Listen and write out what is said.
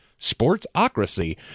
SPORTSOCRACY